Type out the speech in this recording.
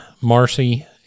Marcy